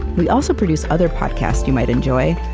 we also produce other podcasts you might enjoy,